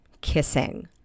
kissing